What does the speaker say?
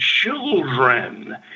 children